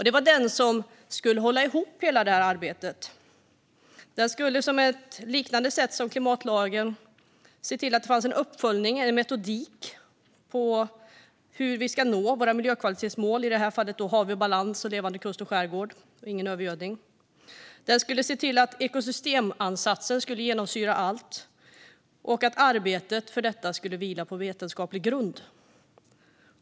Det var den som skulle hålla ihop hela detta arbete. Den skulle på liknande sätt som klimatlagen se till att det finns en uppföljning eller metodik i fråga om hur vi ska nå våra miljökvalitetsmål, i detta fall Hav i balans samt levande kust och skärgård samt Ingen övergödning. Den skulle se till att ekosystemansatsen skulle genomsyra allt och att arbetet för detta skulle vila på vetenskaplig grund.